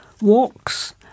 walks